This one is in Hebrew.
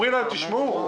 אומרים להם: תשמעו,